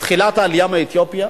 תחילת העלייה מאתיופיה,